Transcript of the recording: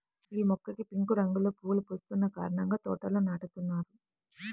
యీ మొక్కకి పింక్ రంగులో పువ్వులు పూస్తున్న కారణంగా తోటల్లో నాటుతున్నారు